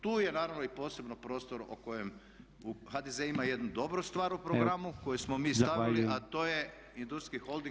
Tu je naravno i posebno prostor o kojem HDZ ima jednu dobru stvar u programu koju smo mi stavili, [[Upadica Podolnjak: Zahvaljujem.]] a to je industrijski holding.